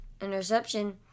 interception